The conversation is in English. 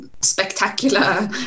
spectacular